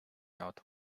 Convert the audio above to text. out